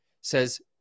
says